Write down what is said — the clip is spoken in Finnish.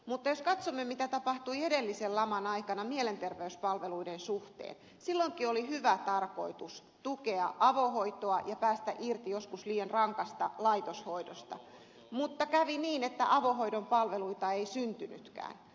mutta jos katsomme mitä tapahtui edellisen laman aikana mielenterveyspalveluiden suhteen niin silloinkin oli hyvä tarkoitus tukea avohoitoa ja päästä irti joskus liian rankasta laitoshoidosta mutta kävi niin että avohoidon palveluita ei syntynytkään